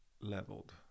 leveled